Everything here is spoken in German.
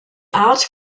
art